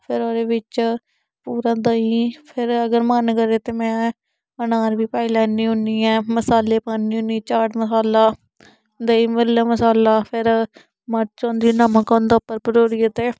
फिर ओह्दे बिच्च पूरा देहीं फिर अगर मन करै ते मैं अनार बी पाई लैन्नी होन्नी आं मसाले पान्नी होन्नी चाट मसाला देहीं पल्ला मसाला फिर मर्च होंदी नमक होंदा उप्पर बरूरियै ते